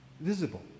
Visible